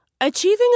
Achieving